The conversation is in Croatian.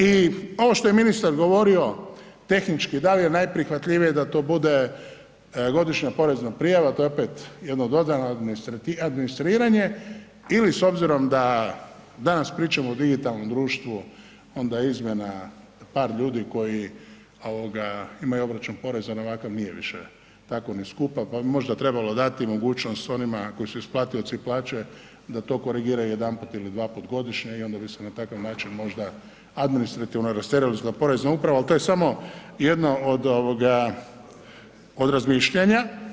I ovo što je ministar govorio tehnički da li je najprihvatljivije da to bude godišnja porezna prijava to je opet jedna dodatno administriranje ili s obzirom da danas pričamo o digitalnom društvu onda je izmjena par ljudi koji imaju obračun poreza na ovakav nije više tako ni skupa pa bi možda trebalo dati mogućnost onima koji su isplatioci plaće da to korigiraju jedanput ili dva puta godišnje i onda bi se na takav način možda administrativno rasteretila porezna uprava ali to je samo jedno od razmišljanja.